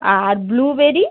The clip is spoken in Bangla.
আর ব্লুবেরি